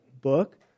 book